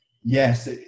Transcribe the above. yes